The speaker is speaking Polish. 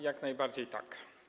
Jak najbardziej tak.